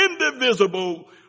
indivisible